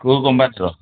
କେଉଁ କମ୍ପାନିର